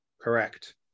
correct